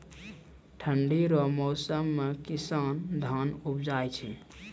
ठंढी रो मौसम मे किसान धान उपजाय छै